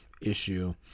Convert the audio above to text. issue